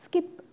skip